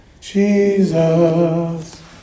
Jesus